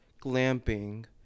glamping